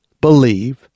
believe